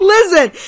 Listen